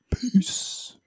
Peace